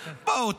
בואי,